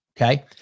okay